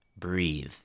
Breathe